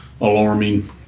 alarming